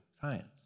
science